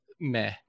meh